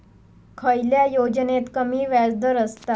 खयल्या योजनेत कमी व्याजदर असता?